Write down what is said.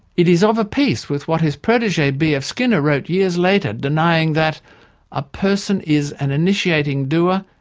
it is of a piece with what his protege bf skinner wrote years later, denying that a person is an initiating doer,